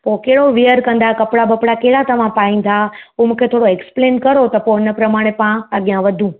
पोइ कहिड़ो वियर कंदा कपिड़ा वपिड़ा कहिड़ा तव्हां पाईंदा उहो मूंखे थोरो एक्सप्लेन करो त पोइ उन प्रमाणे पा अॻियां वधूं